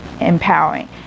Empowering